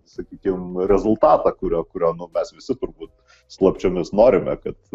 sakykim rezultatą kurio kurio nu mes visi turbūt slapčiomis norime kad